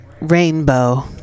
Rainbow